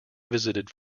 visited